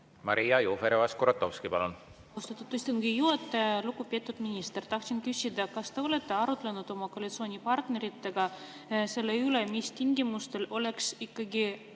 Maria Jufereva-Skuratovski, palun!